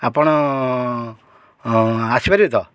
ଆପଣ ଆସିପାରିବେ ତ